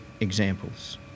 examples